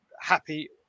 happy